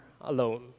alone